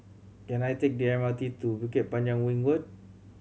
can I take the M R T to Bukit Panjang Ring Road